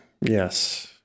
yes